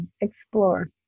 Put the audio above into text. explore